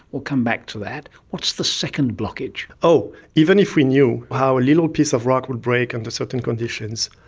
we'll come back to that. what's the second blockage? oh, even if we knew how a little piece of rock would break under certain conditions,